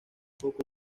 poco